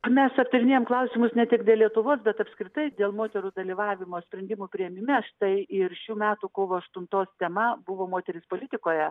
mes aptarinėjam klausimus ne tik dėl lietuvos bet apskritai dėl moterų dalyvavimo sprendimų priėmime štai ir šių metų kovo aštuntos tema buvo moterys politikoje